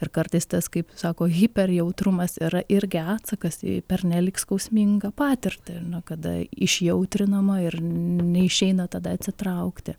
ir kartais tas kaip sako hiperjautrumas yra irgi atsakas į pernelyg skausmingą patirtį na kada išjautrinama ir neišeina tada atsitraukti